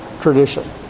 tradition